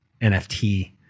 NFT